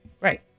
Right